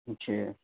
اچھے